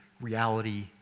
Reality